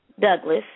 Douglas